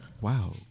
Wow